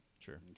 Sure